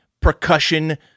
percussion